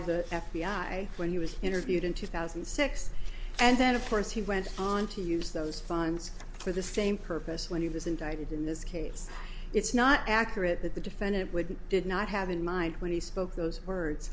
of the f b i when he was interviewed in two thousand and six and then of course he went on to use those funds for the same purpose when he was indicted in this case it's not accurate that the defendant would did not have in mind when he spoke those words